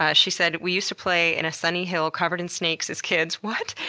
ah she said, we used to play in a sunny hill covered in snakes as kids, what!